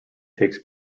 takes